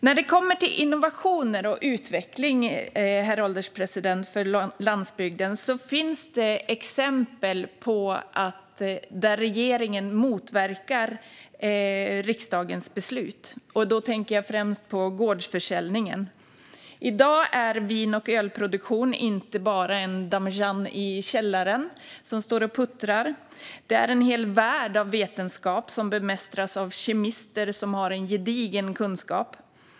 När det kommer till innovationer och utveckling för landsbygden, herr ålderspresident, finns det exempel där regeringen motverkar riksdagens beslut. Då tänker jag främst på gårdsförsäljningen. I dag är vin och ölproduktion inte bara en damejeanne i källaren som står och puttrar; det är en hel värld av vetenskap som bemästras av kemister med en gedigen kunskap.